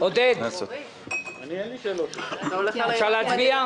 עודד, אפשר להצביע?